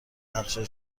نقشه